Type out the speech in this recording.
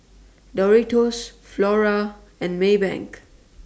Doritos Flora and Maybank